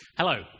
Hello